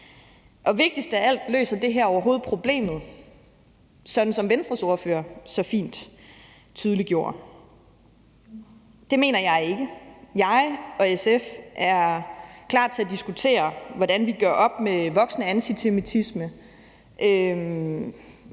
Og vigtigst af alt er, om det her overhovedet løser problemet, som Venstres ordfører så fint tydeliggjorde. Det mener jeg ikke. Jeg og SF er klar til at diskutere, hvordan vi gør op med voksende antisemitisme,